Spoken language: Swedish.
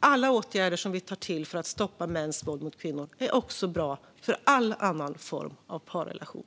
Alla åtgärder som vi tar till för att stoppa mäns våld mot kvinnor är också bra för all annan form av parrelation.